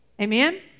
Amen